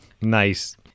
nice